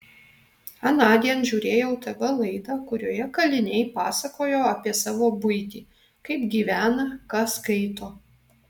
anądien žiūrėjau tv laidą kurioje kaliniai pasakojo apie savo buitį kaip gyvena ką skaito